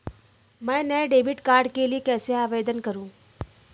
मैं नए debit card के लिए कैसे आवेदन करूं?